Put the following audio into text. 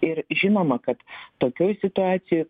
ir žinoma kad tokioj situacijoj